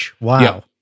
Wow